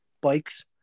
bikes